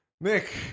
Nick